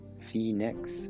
phoenix